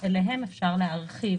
שאליהן אפשר להרחיב